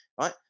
right